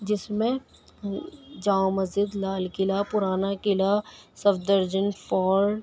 جس میں جامع مسجد لال قلعہ پرانا قلعہ صفدر جنگ فورٹ